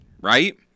right